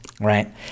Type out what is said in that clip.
right